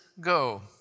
go